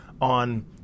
on